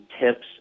tips